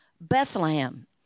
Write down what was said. Bethlehem